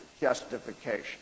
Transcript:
justification